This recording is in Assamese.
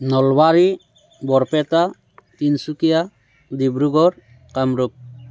নলবাৰী বৰপেটা তিনিচুকীয়া ডিব্ৰুগড় কামৰূপ